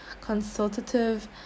consultative